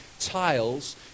tiles